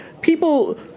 people